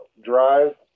drive